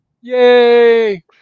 yay